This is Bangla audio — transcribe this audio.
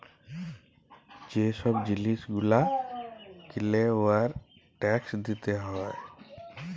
যে ছব জিলিস গুলা কিলে উয়ার ট্যাকস দিতে হ্যয়